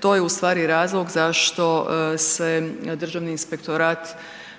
to je ustvari razlog zašto se Državni inspektorat